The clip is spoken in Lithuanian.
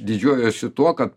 didžiuojuosi tuo kad